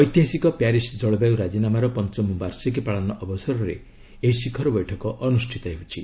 ଐତିହାସିକ ପ୍ୟାରିସ୍ ଜଳବାୟୁ ରାଜିନାମାର ପଞ୍ଚମ ବାର୍ଷିକୀ ପାଳନ ଅବସରରେ ଏହି ଶିଖର ବୈଠକ ଅନୁଷ୍ଠିତ ହେଉଛି